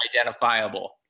identifiable